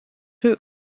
eux